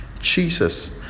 Jesus